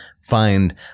find